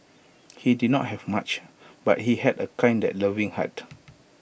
he did not have much but he had A kind and loving heart